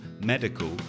medical